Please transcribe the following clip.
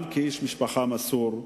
גם כאיש משפחה מסור.